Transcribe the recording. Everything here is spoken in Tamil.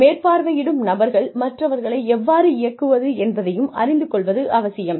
மேற்பார்வையிடும் நபர்கள் மற்றவர்களை எவ்வாறு இயக்குவது என்பதையும் அறிந்து கொள்வது அவசியம்